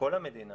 כל המדינה